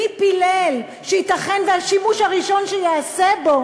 מי פילל שייתכן שהשימוש הראשון שייעשה בו